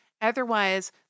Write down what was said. Otherwise